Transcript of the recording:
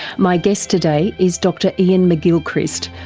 my guest today is dr iain mcgilchrist,